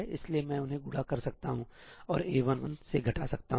इसलिए मैं उन्हें गुणा कर सकता हूं और A11 से घटा सकता हूं